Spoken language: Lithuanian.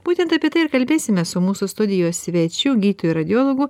būtent apie tai ir kalbėsime su mūsų studijos svečių gydytoju radiologu